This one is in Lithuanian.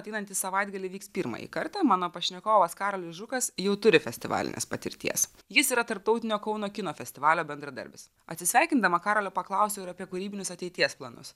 ateinantį savaitgalį vyks pirmąjį kartą mano pašnekovas karolis žukas jau turi festivalinės patirties jis yra tarptautinio kauno kino festivalio bendradarbis atsisveikindama karolio paklausiau ir apie kūrybinius ateities planus